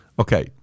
Okay